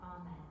Amen